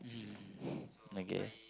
mm okay